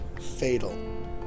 fatal